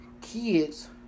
kids